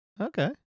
okay